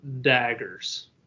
daggers